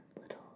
little